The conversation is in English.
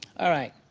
alright.